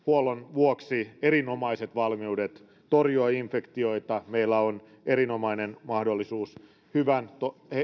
vuoksi erinomaiset valmiudet torjua infektioita meillä on erinomainen mahdollisuus toimia hyvän